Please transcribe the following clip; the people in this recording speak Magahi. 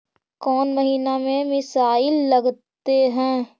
कौन महीना में मिसाइल लगते हैं?